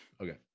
Okay